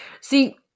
See